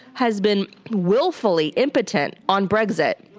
has been willfully impotent on brexit.